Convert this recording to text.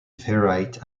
ferrite